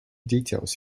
details